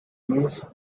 used